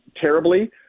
terribly